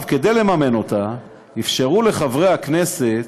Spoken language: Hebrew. כדי לממן אותה, אפשרו לחברי הכנסת,